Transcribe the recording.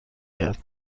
کرد